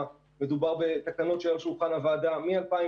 מדובר בתקנות שהיו על שולחן הוועדה מ-2018.